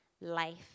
life